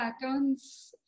patterns